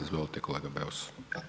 Izvolite kolega Beus.